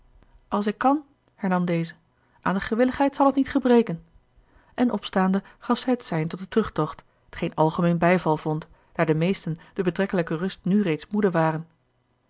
als ik kan hernam deze aan de gewilligheid zal t niet gebreken en opstaande gaf zij het sein tot den terugtocht t geen algemeen bijval vond daar de meesten de betrekkelijke rust nu reeds moede waren